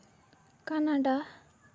Canada